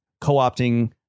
co-opting